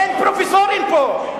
אין פרופסורים פה.